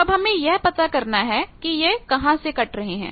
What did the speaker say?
अब हमें यह पता करना है कि यह कहां से कट रहे हैं